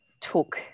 took